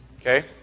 Okay